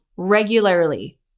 regularly